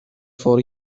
for